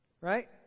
Right